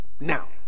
Now